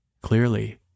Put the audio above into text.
clearly